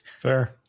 Fair